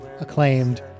acclaimed